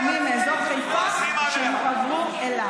שאמור לרכז בתוכו בתי חולים קיימים מאזור חיפה שיועברו אליו.